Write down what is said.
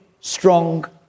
strong